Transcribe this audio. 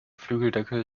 flügeldecken